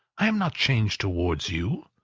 i am not changed towards you.